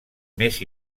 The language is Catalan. més